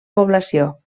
població